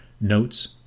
notes